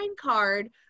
card